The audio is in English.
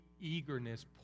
eagerness